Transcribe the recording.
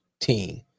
team